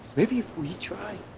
maybe if we try.